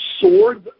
sword